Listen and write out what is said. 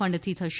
ફંડથી થશે